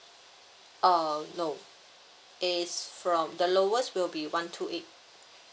uh no it's from the lowest will be one two eight